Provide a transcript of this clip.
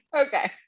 Okay